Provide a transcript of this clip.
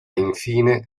infine